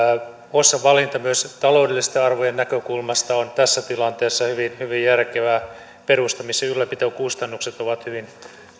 hossan valinta myös taloudellisten arvojen näkökulmasta on tässä tilanteessa hyvin järkevää perustamis ja ja ylläpitokustannukset ovat hyvin